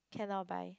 cannot buy